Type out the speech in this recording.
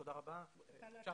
תודה רבה על